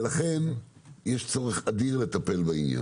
לכן יש צורך אדיר לטפל בעניין.